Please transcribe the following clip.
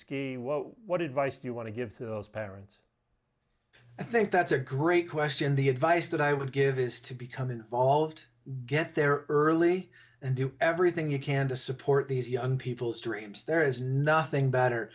well what advice do you want to give to those parents i think that's a great question the advice that i would give is to become involved get there early and do everything you can to support these young people streams there is nothing better